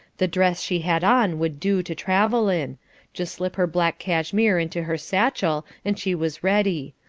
the dress she had on would do to travel in just slip her black cashmere into her satchel, and she was ready.